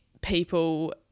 people